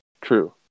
True